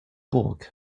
burg